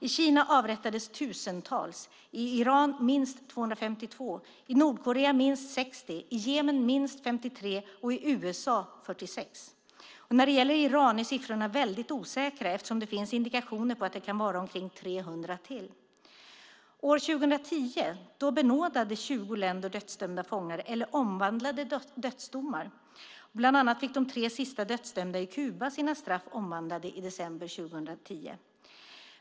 I Kina avrättades tusentals, i Iran minst 252, i Nordkorea minst 60, i Jemen minst 53 och i USA 46. När det gäller Iran är siffrorna väldigt osäkra, eftersom det finns indikationer på att det kan vara omkring 300 till. År 2010 benådade 20 länder dödsdömda fångar eller omvandlade dödsdomar. Bland annat fick de tre sista dödsdömda i Kuba sina straff omvandlade i december 2010.